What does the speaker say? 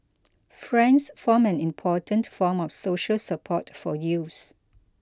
friends form an important form of social support for youths